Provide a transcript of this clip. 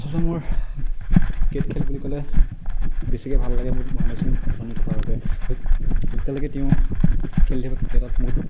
আচলতে মোৰ ক্ৰিকেট খেল বুলি ক'লে বেছিকৈ ভাল লাগে মোৰ মহেন্দ্ৰ সিং ধোনী থকাৰ বাবে য'ত যেতিয়ালৈকে তেওঁ খেলি থাকিব ক্ৰিকেটত মোৰ